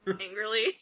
Angrily